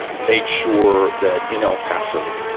and made sure that in el paso,